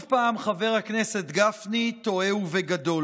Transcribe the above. עוד פעם חבר הכנסת גפני טועה, ובגדול.